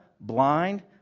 blind